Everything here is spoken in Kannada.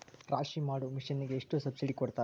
ರಾಶಿ ಮಾಡು ಮಿಷನ್ ಗೆ ಎಷ್ಟು ಸಬ್ಸಿಡಿ ಕೊಡ್ತಾರೆ?